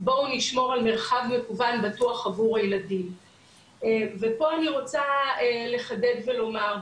בוא נשמור על מרחב מקוון בטוח עבור הילדים ופה אני רוצה לחדד ולומר,